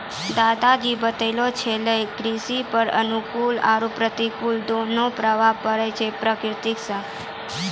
दादा जी बताय छेलै कृषि पर अनुकूल आरो प्रतिकूल दोनों प्रभाव पड़ै छै प्रकृति सॅ